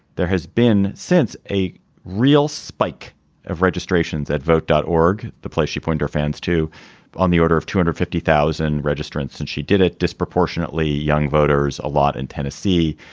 there has been since a real spike of registrations that vote dawg. the play she point her fans to on the order of two hundred and fifty thousand registrants and she did it disproportionately young voters a lot in tennessee.